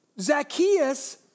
Zacchaeus